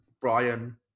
brian